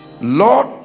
Lord